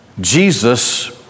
Jesus